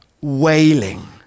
wailing